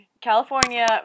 california